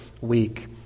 week